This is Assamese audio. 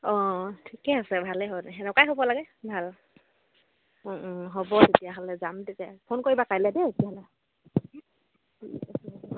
অঁ অঁ ঠিকে আছে ভালেই হ'ব দেই সেনেকুৱায়ে হ'ব লাগে ভাল হ'ব তেতিয়াহ'লে যাম তেতিয়া ফোন কৰিবা কাইলে দেই তেতিয়াহ'লে